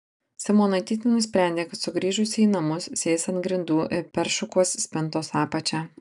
simonaitytė nusprendė kad sugrįžusi į namus sės ant grindų ir peršukuos spintos apačią